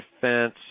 defense